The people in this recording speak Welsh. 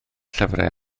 llyfrau